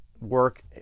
work